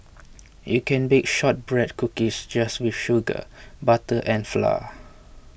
you can bake Shortbread Cookies just with sugar butter and flour